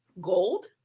gold